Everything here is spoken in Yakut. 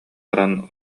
баран